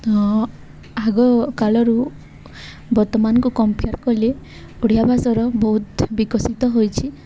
ତ ଆଗ କାଳରୁ ବର୍ତ୍ତମାନଙ୍କୁ କମ୍ପୟାର୍ କଲେ ଓଡ଼ିଆ ଭାଷାର ବହୁତ ବିକଶିତ ହୋଇଛି